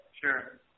Sure